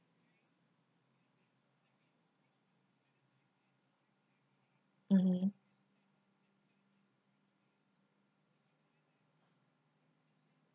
mmhmm